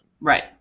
Right